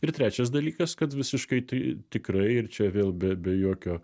ir trečias dalykas kad visiškai tai tikrai ir čia vėl be be jokio